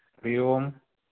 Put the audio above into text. Hari Om